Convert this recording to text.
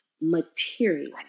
material